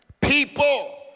People